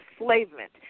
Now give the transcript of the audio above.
enslavement